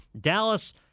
Dallas